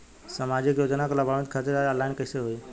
सामाजिक योजना क लाभान्वित खातिर ऑनलाइन कईसे होई?